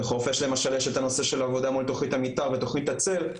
לחורפיש למשל יש את הנושא של עבודה מול תוכנית המתאר ותוכנית הצל,